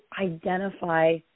identify